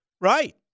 right